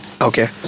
Okay